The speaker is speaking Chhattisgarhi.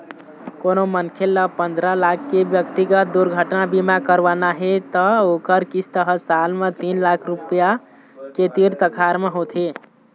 कोनो मनखे ल पंदरा लाख के ब्यक्तिगत दुरघटना बीमा करवाना हे त ओखर किस्त ह साल म तीन लाख रूपिया के तीर तखार म होथे